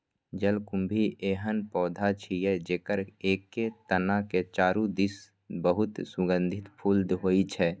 जलकुंभी एहन पौधा छियै, जेकर एके तना के चारू दिस बहुत सुगंधित फूल होइ छै